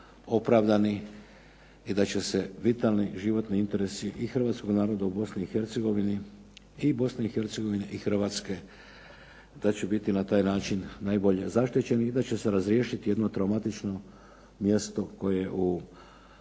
i da će se vitalni životni interesi i hrvatskog naroda u Bosni i Hercegovini i Bosne i Hercegovine i Hrvatske da će biti na taj način najbolje zaštićeni i da će se razriješiti jedno traumatično mjesto koje u